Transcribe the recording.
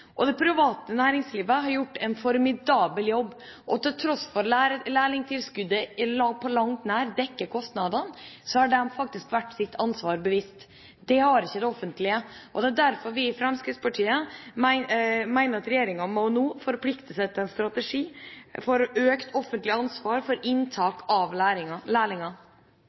offentlig. Det private næringslivet har gjort en formidabel jobb. Til tross for at lærlingtilskuddet på langt nær dekker kostnadene, har de vært seg sitt ansvar bevisst. Det har ikke det offentlige. Det er derfor vi i Fremskrittspartiet mener at regjeringa nå må forplikte seg til en strategi for økt offentlig ansvar for inntak av